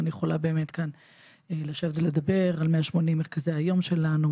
אני יכולה לשבת כאן ולדבר על 180 מרכזי היום שלנו,